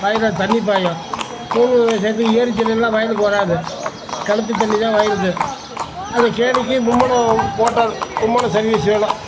வயலில் தண்ணி பாயும் மூணு சேத்து ஏரி தண்ணிலாம் வயலுக்கு வராது கிணத்து தண்ணி தான் வயலுக்கு அது கேணிக்கு மும்முனை மோட்டார் மும்முனை சர்விஸ் எல்லாம்